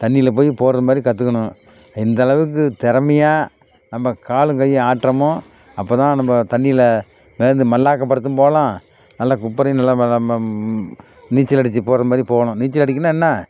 தண்ணியில் போய் போடுகிற மாதிரி கற்றுக்கணும் எந்தளவுக்கு திறமையா நம்ம காலும் கையும் ஆட்டுறமோ அப்போ தான் நம்ம தண்ணியில் மிதந்து மல்லாக்க படுத்தும் போகலாம் நல்ல குப்புறையும் நல்ல நீச்சல் அடித்து போகிற மாதிரி போகணும் நீச்சல் அடிக்கணுன்னால் என்ன